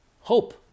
hope